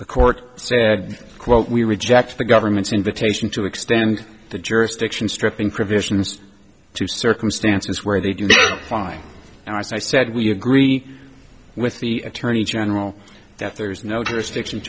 the court said quote we reject the government's invitation to extend the jurisdiction stripping provisions to circumstances where they do fine and i said we agree with the attorney general that there is no